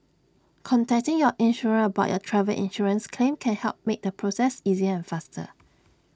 contacting your insurer about your travel insurance claim can help make the process easier and faster